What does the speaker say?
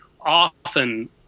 often